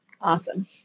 Awesome